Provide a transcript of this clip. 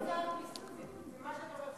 מה שקורה,